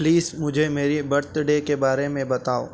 please مجھے میری birthday کے بارے میں بتاؤ